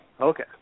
Okay